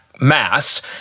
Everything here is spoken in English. mass